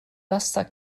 laster